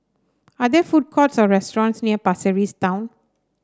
are there food courts or restaurants near Pasir Ris Town